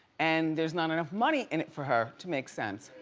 and there's not enough money in it for her to make sense.